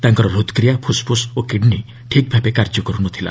ତାଙ୍କର ହଦ୍କ୍ରିୟା ଫୁସ୍ଫୁସ୍ ଓ କିଡ୍ନୀ ଠିକ୍ ଭାବେ କାର୍ଯ୍ୟ କରୁ ନ ଥିଲା